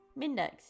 Mindex